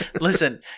Listen